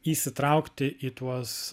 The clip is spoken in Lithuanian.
įsitraukti į tuos